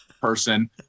person